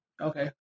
Okay